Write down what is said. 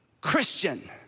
Christian